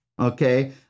okay